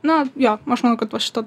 na jo aš manau kad va šita